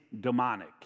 demonic